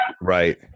Right